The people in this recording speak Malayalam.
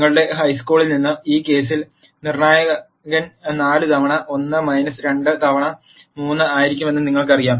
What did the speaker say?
നിങ്ങളുടെ ഹൈസ്കൂളിൽ നിന്ന് ഈ കേസിൽ നിർണ്ണായകൻ 4 തവണ 1 2 തവണ 3 ആയിരിക്കുമെന്ന് നിങ്ങൾക്കറിയാം